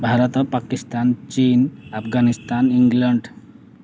ଭାରତ ପାକିସ୍ତାନ୍ ଚୀନ୍ ଆଫଗାନିସ୍ତାନ୍ ଇଂଲଣ୍ଡ୍